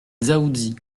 dzaoudzi